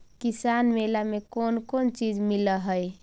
किसान मेला मे कोन कोन चिज मिलै है?